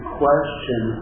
question